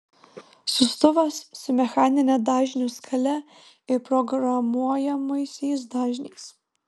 siųstuvas su mechanine dažnių skale ir programuojamaisiais dažniais